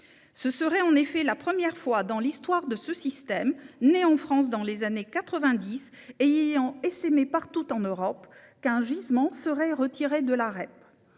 Ce serait en effet la première fois dans l'histoire de ce système, né en France dans les années 1990 et ayant essaimé partout en Europe, qu'un gisement serait retiré de la REP.